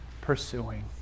pursuing